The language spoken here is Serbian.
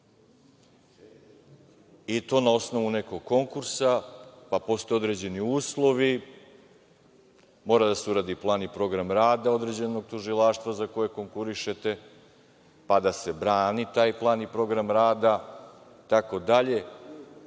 i to na osnovu nekog konkursa, pa postoje određeni uslovi. Mora da se uradi plan i program rada određenog tužilaštva za koje konkurišete, pa da se brani taj plan i program rada itd.